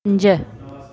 पंज